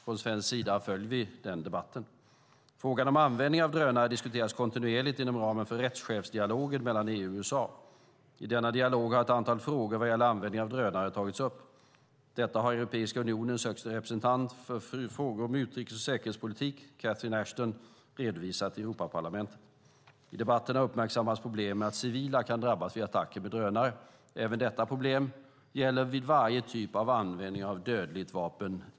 Från svensk sida följer vi den debatten. Frågan om användning av drönare diskuteras kontinuerligt inom ramen för rättschefsdialogen mellan EU och USA. I denna dialog har ett antal frågor vad gäller användningen av drönare tagits upp. Detta har Europeiska unionens höga representant för utrikes frågor och säkerhetspolitik, Catherine Ashton, redovisat i Europaparlamentet. I debatten har uppmärksammats problemet med att civila kan drabbas vid attacker med drönare. Även detta problem gäller vid varje typ av användning av dödliga vapen.